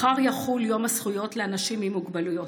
מחר יחול יום הזכויות לאנשים עם מוגבלויות.